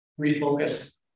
refocus